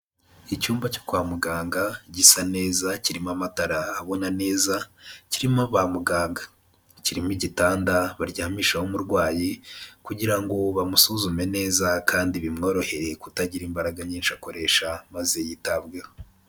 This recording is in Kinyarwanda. Icyumba cyo kwa muganga gisa neza kirimo amatara abona neza, kirimo ba muganga, kirimo igitanda baryamishaho umurwayi kugira ngo bamusuzume neza kandi bimworohere kutagira imbaraga nyinshi akoresha maze yitabweho.